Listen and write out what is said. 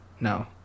No